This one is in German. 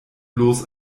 bloß